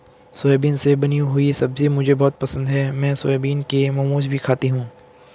soybean से बनी हुई सब्जी मुझे बहुत पसंद है मैं सोयाबीन के मोमोज भी खाती हूं